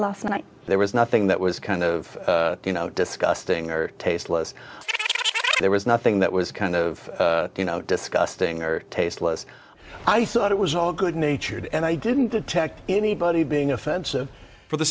last night there was nothing that was kind of you know disgusting or tasteless there was nothing that was kind of you know disgusting or tasteless i thought it was all good natured and i didn't detect anybody being offensive for the